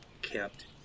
kept